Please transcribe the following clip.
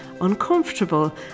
uncomfortable